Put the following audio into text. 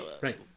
Right